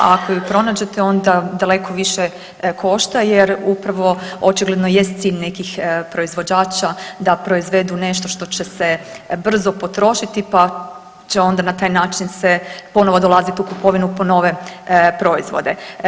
A ako ju i pronađete onda daleko više košta jer upravo očigledno jest cilj nekih proizvođača da proizvedu nešto što će se brzo potrošiti pa će onda na taj način se ponovo dolaziti u kupovinu po nove proizvode.